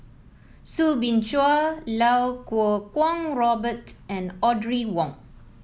Soo Bin Chua Iau Kuo Kwong Robert and Audrey Wong